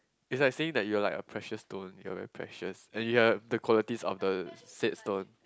is like saying that you're like a precious stone you are my precious and you have the qualities of the said stone